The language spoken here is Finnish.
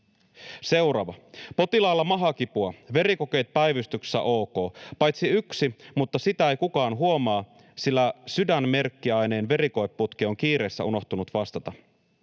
”Potilaalla mahakipua. Verikokeet päivystyksessä ok. Paitsi yksi, mutta sitä ei kukaan huomaa, sillä sydänmerkkiaineen verikoeputki on kiireessä unohtunut vastata.